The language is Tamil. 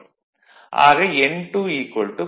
ஆக n2 0